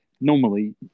normally